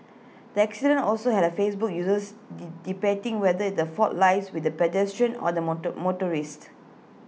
the accident also had A Facebook users de debating whether the fault lies with the pedestrian or the motor motorcyclist